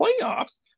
playoffs